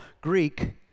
Greek